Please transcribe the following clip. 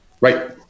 Right